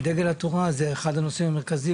בדגל התורה זה אחד הנושאים המרכזיים,